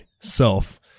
Self